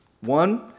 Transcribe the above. One